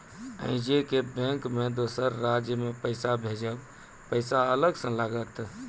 आजे के बैंक मे दोसर राज्य मे पैसा भेजबऽ पैसा अलग से लागत?